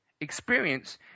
experience